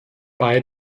bei